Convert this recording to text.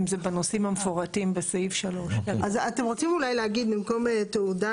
אם זה בנושאים המפורטים בסעיף 3. אז אתם רוצים אולי להגיד במקום תעודה,